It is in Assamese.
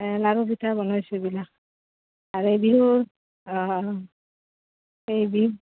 লাৰু পিঠা বনাইছোঁ এইবিলাক আৰু এই বিহুৰ অঁ এই বিহু